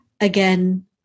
again